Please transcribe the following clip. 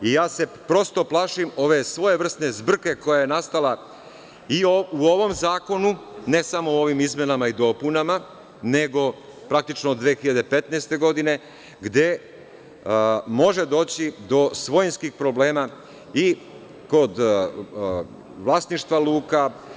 Prosto se plašim ove svojevrsne zbrke koja je nastala i u ovom zakonu, ne samo ovim izmenama i dopunama, nego praktično od 2015. godine gde može doći do svojinskih problema i kod vlasništva luka.